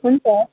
हुन्छ